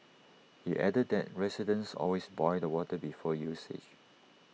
he added that residents always boil the water before usage